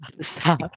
Stop